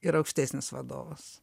ir aukštesnis vadovas